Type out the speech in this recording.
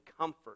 comfort